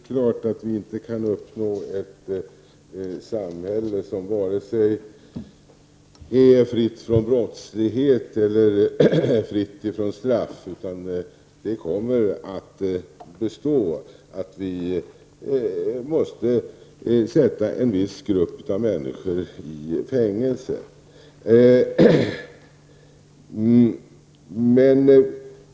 Herr talman! Det är helt klart att vi inte kan uppnå ett samhälle som är fritt från brottslighet eller fritt från straff. Vi måste sätta en viss grupp av människor i fängelse; den situationen kommer att bestå.